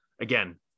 again